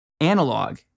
Analog